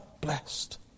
blessed